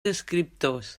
escriptors